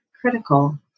critical